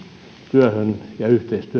työhön ja yhteistyöhön mitä meidän kanssamme on ollut